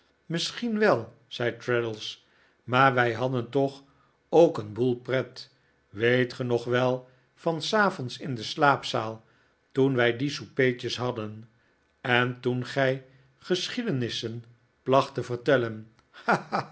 misschien wel zei traddles maar wij hadderi toch ook een boel pret weet ge nog wel van s avonds in de slaapzaal toen wij die soupertjes hadden en toen gij geschiedenissen placht te vertellen